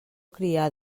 crià